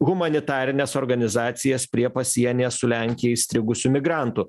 humanitarines organizacijas prie pasienyje su lenkija įstrigusių migrantų